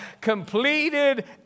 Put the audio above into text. completed